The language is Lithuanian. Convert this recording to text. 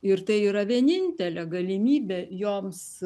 ir tai yra vienintelė galimybė joms